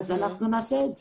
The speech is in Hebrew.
אז אנחנו נעשה את זה.